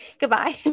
Goodbye